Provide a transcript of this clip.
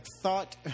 thought